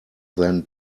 than